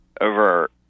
over